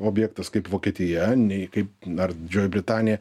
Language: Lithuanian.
objektas kaip vokietija nei kaip ar didžioji britanija